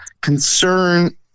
concern